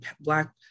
Black